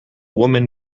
woman